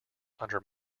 under